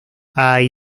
hay